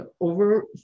over